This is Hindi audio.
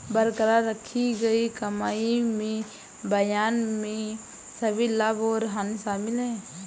बरकरार रखी गई कमाई में बयान में सभी लाभ और हानि शामिल हैं